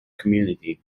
community